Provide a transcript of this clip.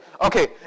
Okay